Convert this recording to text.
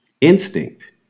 instinct